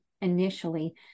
initially